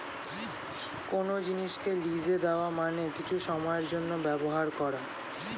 কোন জিনিসকে লিজে দেওয়া মানে কিছু সময়ের জন্যে ব্যবহার করা